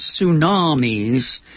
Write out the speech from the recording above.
tsunamis